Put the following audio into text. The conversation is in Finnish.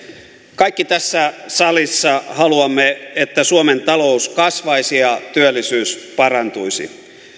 kaikki tässä salissa haluamme että suomen talous kasvaisi ja työllisyys parantuisi